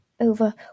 over